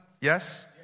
Yes